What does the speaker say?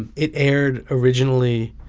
and it aired originally